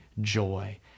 joy